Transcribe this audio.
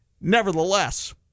Nevertheless